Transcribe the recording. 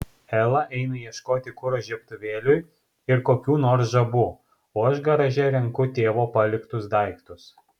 ela eina ieškoti kuro žiebtuvėliui ir kokių nors žabų o aš garaže renku tėvo paliktus daiktus